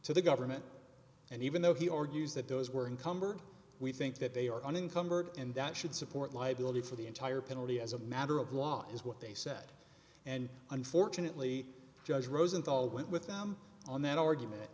to the government and even though he argues that those were encumbered we think that they are an incumbent and that should support liability for the entire penalty as a matter of law is what they said and unfortunately judge rosenthal went with them on that argument